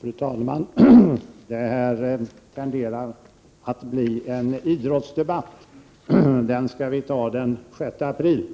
Fru talman! Det här tenderar att bli en idrottsdebatt. Den debatten skall vi ta den 6 april.